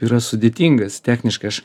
yra sudėtingas techniškai aš